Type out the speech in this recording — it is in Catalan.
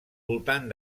voltant